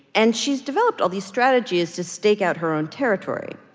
and she's developed all these strategies to stake out her own territory.